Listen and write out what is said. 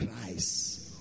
Christ